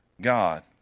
God